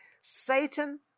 Satan